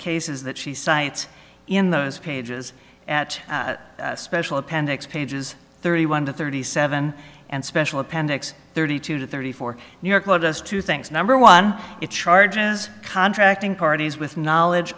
cases that she cites in those pages at special appendix pages thirty one to thirty seven and special appendix thirty two to thirty four new york law does two things number one it charges contracting parties with knowledge